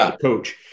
coach